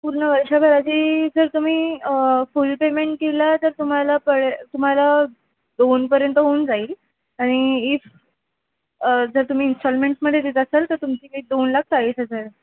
पूर्ण वर्षाभराची जर तुम्ही फुल पेमेंट केलं तर तुम्हाला पडे तुम्हाला दोनपर्यंत होऊन जाईल आणि इफ जर तुम्ही इंस्टॉलमेंट्समध्ये देत असाल तर तुमची दोन लाख चाळीस हजार